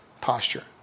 posture